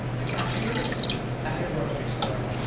the cashiers at your grocery store,